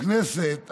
בכנסת הקודמת,